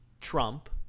Trump